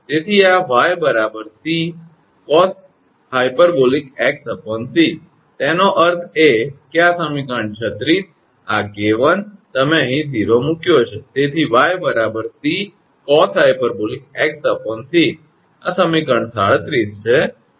તેથી આ 𝑦 𝑐cosh𝑥𝑐 તેનો અર્થ એ કે આ સમીકરણ 36 આ 𝐾1 તમે અહીં 0 મુક્યો છે તેથી 𝑦 𝑐cosh𝑥𝑐 આ સમીકરણ 37 છે